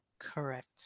Correct